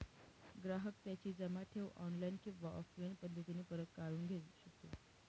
ग्राहक त्याची जमा ठेव ऑनलाईन किंवा ऑफलाईन पद्धतीने परत काढून घेऊ शकतो